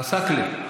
עסאקלה.